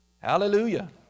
Hallelujah